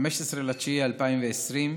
15 בספטמבר 2020,